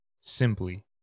simply